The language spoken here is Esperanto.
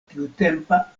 tiutempa